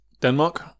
denmark